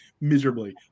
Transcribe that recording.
miserably